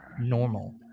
normal